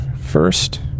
first